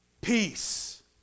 peace